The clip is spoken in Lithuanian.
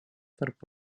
tarp